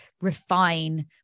refine